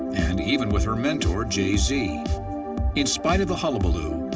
and even with her mentor jay-z. in spite of the hullabaloo,